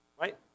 right